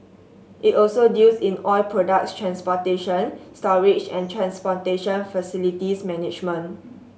it also deals in oil products transportation storage and transportation facilities management